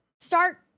start